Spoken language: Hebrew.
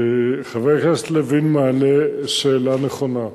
חבר הכנסת לוין מעלה שאלה נכונה.